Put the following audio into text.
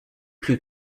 plus